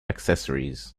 accessories